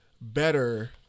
better